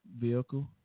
vehicle